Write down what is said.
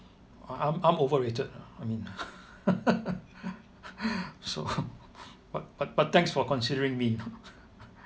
I'm I'm overrated I mean so but but but thanks for considering me